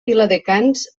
viladecans